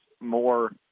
more